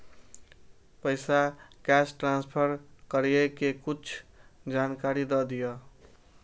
पैसा cash transfer करऐ कि कुछ जानकारी द दिअ